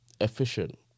Efficient